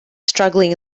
struggling